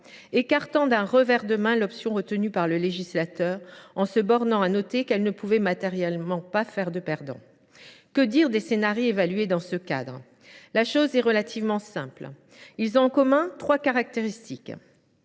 écartant d’un revers de main l’option retenue par le législateur, en se bornant à noter que celle ci ne pouvait matériellement pas faire de perdants. Que dire des scénarios évalués dans ce cadre ? La chose est relativement simple. Ces derniers ont en commun trois caractéristiques